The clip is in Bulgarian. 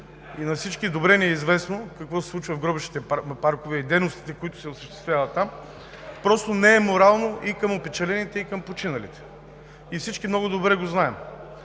– на всички добре ни е известно какво се случва в гробищните паркове и дейностите, които се осъществяват там, просто не е морално и към опечалените, и към починалите. И всички много добре го знаем.